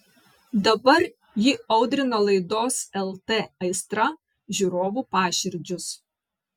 dabar ji audrina laidos lt aistra žiūrovų paširdžius